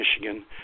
Michigan